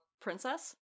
princess